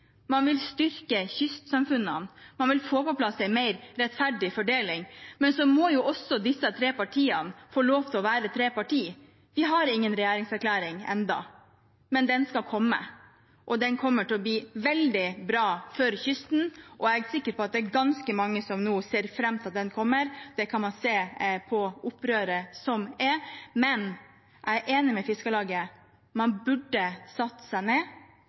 Man har en felles retning. Man vil styrke kystsamfunnene, man vil få på plass en mer rettferdig fordeling. Så må disse tre partiene få være tre partier. Vi har ingen regjeringserklæring ennå, men den skal komme, og den kommer til å bli veldig bra for kysten. Jeg er sikker på at det er ganske mange som nå ser fram til at den kommer, det kan man se på opprøret som er. Men jeg er enig med Fiskarlaget, man burde satt seg ned